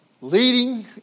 leading